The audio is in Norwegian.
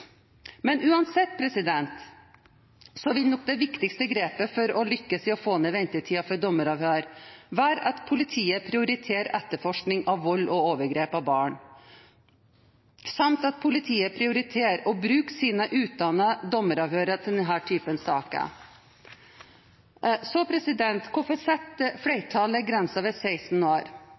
Men uansett vil nok det viktigste grepet for å lykkes i å få ned ventetiden for dommeravhør være at politiet prioriterer etterforskning av vold og overgrep mot barn, samt at politiet prioriterer å bruke sine utdannede dommeravhørere til denne typen saker. Hvorfor setter så flertallet grensen ved 16 år?